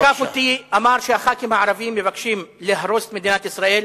הוא תקף אותי ואמר שחברי הכנסת הערבים מבקשים להרוס את מדינת ישראל,